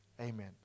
Amen